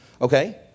Okay